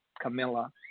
Camilla